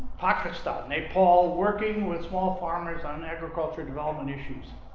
pakistan, nepal, working with small farmers on agriculture development issues.